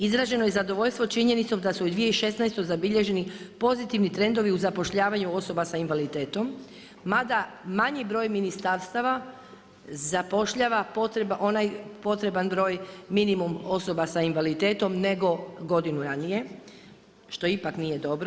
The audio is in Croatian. Izraženo je zadovoljstvo činjeincom da su u 2016. zabilježeni pozitivni trendovi u zapošljavanju osoba sa invaliditetom, mada manji broj ministarstava zapošljava onaj potreban broj, minimum osoba sa invaliditetom nego godinu ranije, što ipak nije dobro.